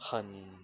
很